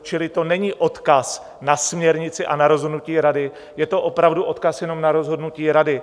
Čili to není odkaz na směrnici a na rozhodnutí Rady, je to opravdu odkaz jenom na rozhodnutí Rady.